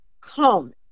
come